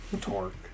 Torque